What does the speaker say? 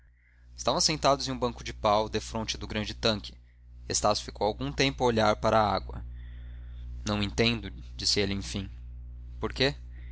estavam sentados em um banco de pau defronte ao grande tanque estácio ficou algum tempo a olhar para a água não entendo disse ele enfim por quê